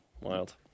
wild